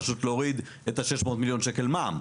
קצרה ופשוטה פשוט להוריד את ה-600 מיליון שקל מע"מ.